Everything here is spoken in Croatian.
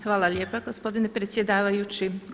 Hvala lijepa gospodine predsjedavajući.